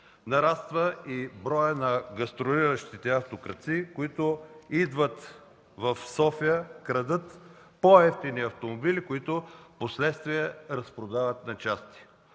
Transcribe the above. Нараства и броят на гастролиращите автокрадци, които идват в София, крадат по-евтини автомобили, които впоследствие разпродават на части.